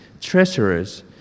treasurers